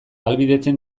ahalbidetzen